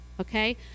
Okay